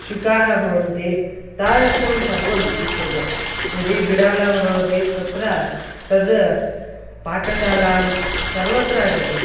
शुकाः भवन्ति तादृशं सर्वम् इष्यते यदि बिडालः भवति तत्र तद् पाकशालायां सर्वत्र अटति